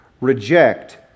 Reject